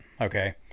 okay